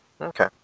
Okay